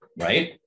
right